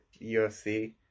UFC